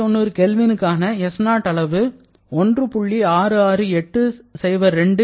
290 K க்கான s0 அளவு 1